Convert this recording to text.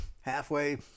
halfway